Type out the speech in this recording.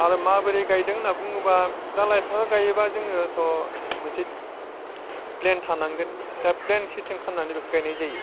आरो माबोरै गायदों होनना बुङोबा दा लाइफां गायोबा जोङोथ' मोनसे प्लेन थानांगोन दा प्लेन सिस्टेम खालामनानै बेखौ गायनाय जायो